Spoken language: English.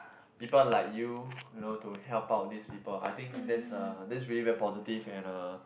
people like you you know to help out these people I think that's uh that's really very positive and uh